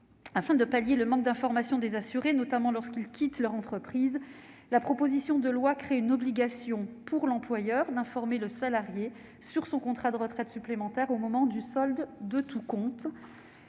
Afin de pallier le manque d'information des assurés, notamment lorsqu'ils quittent leur entreprise, la proposition de loi crée une obligation, pour l'employeur, d'informer le salarié sur son contrat de retraite supplémentaire au moment du solde de tout compte.